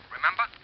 Remember